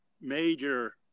major